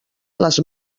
les